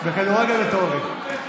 בכדורגל מתעוררים.